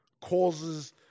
causes